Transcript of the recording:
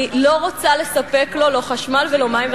אני לא רוצה לספק לו, לא חשמל ולא מים.